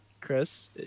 Chris